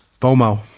FOMO